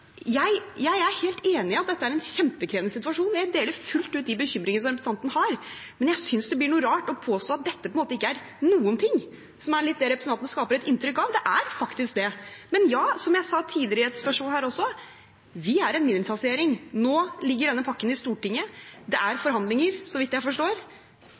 Jeg er helt enig i at dette er en kjempekrevende situasjon, og jeg deler fullt ut de bekymringene representanten har, men jeg synes det blir noe rart å påstå at dette på en måte ikke er noen ting – som er litt det representanten skaper et inntrykk av. Det er faktisk det. Men som jeg svarte på et tidligere spørsmål her, er vi en mindretallsregjering. Nå ligger denne pakken i Stortinget, og det er forhandlinger, så vidt jeg forstår.